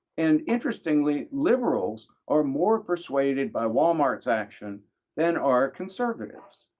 and interestingly, liberals are more persuaded by walmart's action than are conservatives,